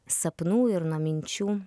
sapnų ir nuo minčių